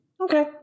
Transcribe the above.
Okay